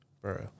bro